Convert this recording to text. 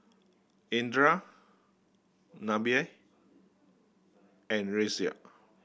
Indra Nabil and Raisya